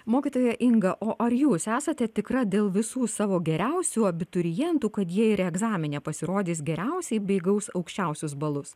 mokytoja inga o ar jūs esate tikra dėl visų savo geriausių abiturientų kad jie ir egzamine pasirodys geriausiai bei gaus aukščiausius balus